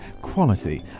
quality